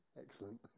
Excellent